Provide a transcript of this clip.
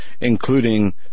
including